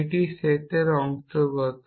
এটি এই সেটের অন্তর্গত